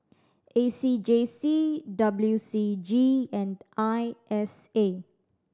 A C J C W C G and I S A